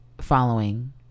following